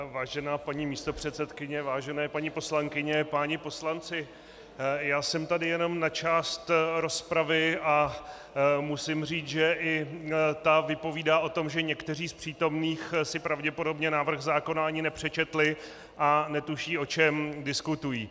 Vážená paní místopředsedkyně, vážené paní poslankyně, páni poslanci, já jsem tady jenom na část rozpravy a musím říct, že i ta vypovídá o tom, že někteří z přítomných si pravděpodobně návrh zákona ani nepřečetli a netuší, o čem diskutují.